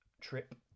trip